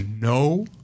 no